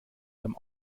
beim